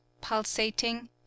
pulsating